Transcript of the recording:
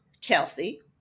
Chelsea